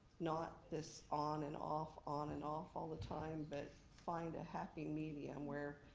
not this on and off, on and off all the time, but find a happy medium where,